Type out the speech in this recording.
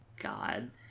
god